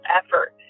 effort